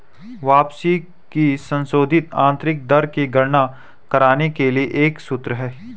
वापसी की संशोधित आंतरिक दर की गणना करने के लिए एक सूत्र है